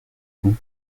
vous